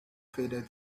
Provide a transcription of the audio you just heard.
faded